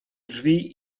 drzwi